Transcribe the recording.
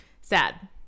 Sad